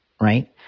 right